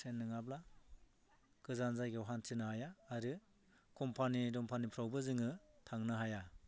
train नङाब्ला गोजान जायगायाव हान्थिनो हाया आरो कम्पानि दम्फानिफ्रावबो जोङो थांनो हाया